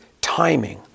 timing